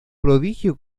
prodigio